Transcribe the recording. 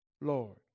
Lord